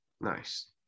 Nice